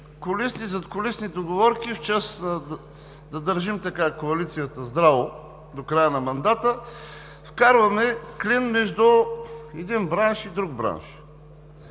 задкулисни договорки, за да държим коалицията здраво до края на мандата, вкарваме клин между един бранш и друг бранш.